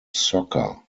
soccer